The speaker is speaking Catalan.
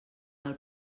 del